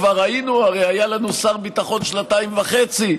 כבר ראינו, הרי היה לנו שר ביטחון שנתיים וחצי.